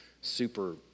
super